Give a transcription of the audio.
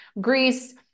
Greece